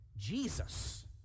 Jesus